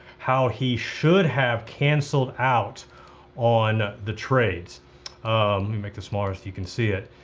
how he should have canceled out on the trades. let me make this smaller so you can see it,